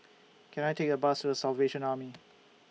Can I Take A Bus The Salvation Army